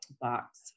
box